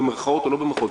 במירכאות או לא במירכאות,